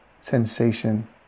sensation